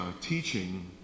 teaching